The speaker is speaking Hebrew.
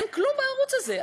אין כלום בערוץ הזה.